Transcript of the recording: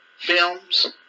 films